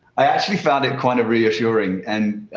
i actually found it kind of reassuring, and,